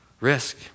risk